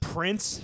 Prince